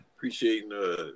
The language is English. Appreciating